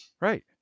Right